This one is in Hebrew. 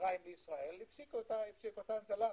ממצרים לישראל הפסיקו את ההנזלה.